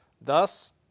Thus